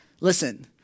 Listen